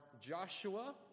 Joshua